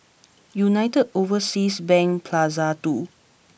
United Overseas Bank Plaza Two